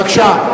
בבקשה.